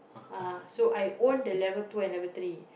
[uh huh] so I own the level two and level three